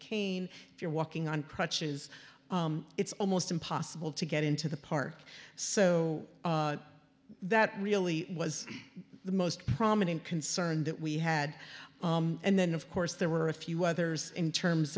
if you're walking on crutches it's almost impossible to get into the park so that really was the most prominent concern that we had and then of course there were a few others in terms